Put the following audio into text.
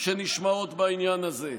שנשמעות בעניין הזה.